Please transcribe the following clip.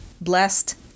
blessed